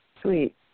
Sweet